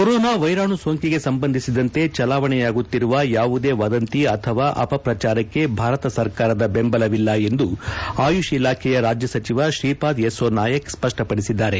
corona ವೈರಾಣು ಸೋಂಕಿಗೆ ಸಂಬಂಧಿಸಿದಂತೆ ಚಲಾವಣೆಯಾಗುತ್ತಿರುವ ಯಾವುದೇ ವದಂತಿ ಅಥವಾ ಅಪಪ್ರಚಾರಕ್ಕೆ ಭಾರತ ಸರ್ಕಾರದ ಬೆಂಬಲವಿಲ್ಲ ಎಂದು ಆಯುಷ್ ಇಲಾಖೆಯ ರಾಜ್ಯ ಸಚಿವ ಶ್ರೀಪಾದ್ ಯೆಸ್ಫೋನಾಯಕ್ ಸ್ಪಷ್ಟಪಡಿಸಿದ್ದಾರೆ